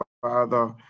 father